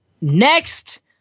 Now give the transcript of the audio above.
Next